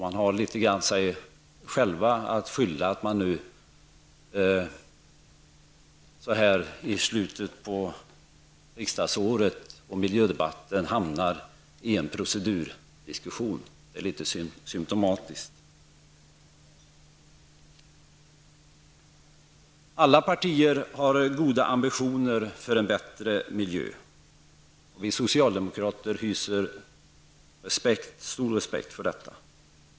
Man har litet grand sig själv att skylla för att man nu i slutet på riksdagsåret i miljödebatten hamnar i en procedurdiskussion. Det är litet symptomatiskt. Alla partier har goda ambitioner för en bättre miljö, och vi socialdemokrater hyser stor respekt för detta.